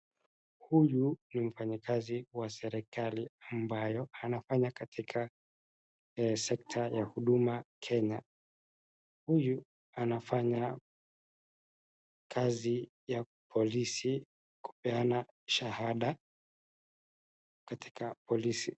Huyu ni mfanyikazi wa serikali ambayo anafanya katika sector ya huduma Kenya, huyu anafanya kazi ya polisi kupeana shahada katika polisi.